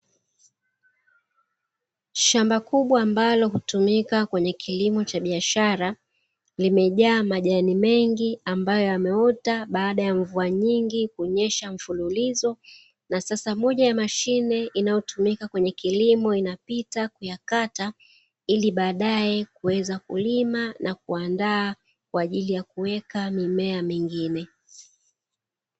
Shamba kubwa ambalo hutumika kwenye kilimo cha biashara limejaa majani mengi ambayo yameota baada ya mvua nyingi, kuonyesha mfululizo na sasa moja ya mashine inayotumika kwenye kilimo inapita kuyakata ili baadaye kuweza kulima na kuandaa kwa ajili ya kuweka mimea mingine.